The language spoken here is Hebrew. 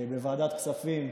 בוועדת כספים.